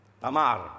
Tamar